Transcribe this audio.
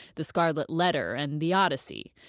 the scarlet letter and the odyssey.